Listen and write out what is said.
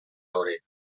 hores